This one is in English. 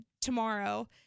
tomorrow